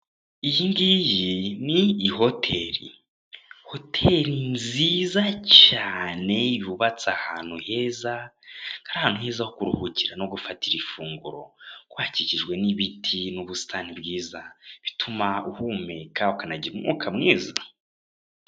Iyi ngiyi ni ihoteri, hoteri nziza cyane yubatse ahantu heza, ahantu heza ho kuruhukira no gufatira ifunguro, kuku hakikijwe n'ibiti, n'ubusitani bwiza, bituma uhumeka ukanagira umwuka mwiza.